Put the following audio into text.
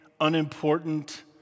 unimportant